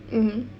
mmhmm